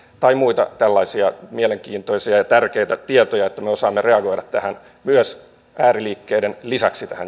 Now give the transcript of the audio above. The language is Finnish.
tai onko muita tällaisia mielenkiintoisia ja ja tärkeitä tietoja että me osaamme reagoida ääriliikkeiden lisäksi tähän